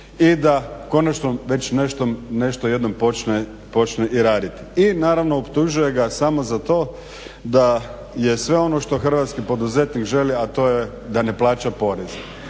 i da konačno već nešto jednom počne i raditi. I naravno optužuje ga samo za to da je sve ono što hrvatski poduzetnik želi, a to je da ne plaća porez.